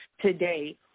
today